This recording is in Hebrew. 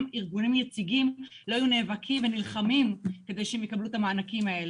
ארגונים יציגים לא היו נאבקים ונלחמים כדי שהם יקבלו את המענקים האלה.